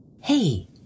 Hey